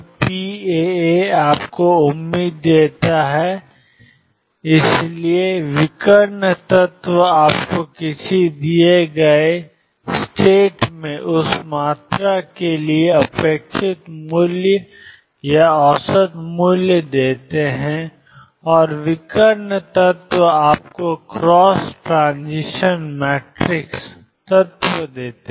तो pαα आपको उम्मीद देता है इसलिए विकर्ण तत्व आपको किसी दिए गए राज्य में उस मात्रा के लिए अपेक्षित मूल्य या औसत मूल्य देते हैं और विकर्ण तत्व आपको क्रॉस ट्रांज़िशन मैट्रिक्स तत्व देते हैं